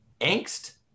angst